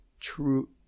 true